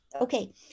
okay